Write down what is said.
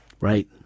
Right